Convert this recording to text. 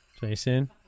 Jason